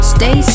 Stay